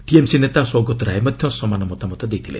TMC ନେତା ସୌଗତ୍ ରାୟ ମଧ୍ୟ ସମାନ ମତାମତ ଦେଇଛନ୍ତି